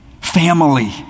Family